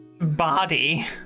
body